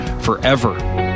forever